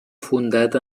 fundat